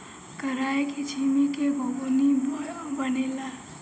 कराई के छीमी के घुघनी बनेला